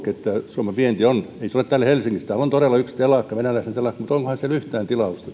suomen vienti ei ole täällä helsingissä täällä on todella yksi venäläisten telakka mutta onkohan siellä yhtään tilausta tällä hetkellä